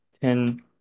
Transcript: ten